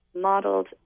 modeled